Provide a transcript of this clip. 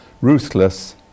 ruthless